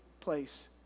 place